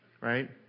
Right